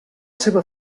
seva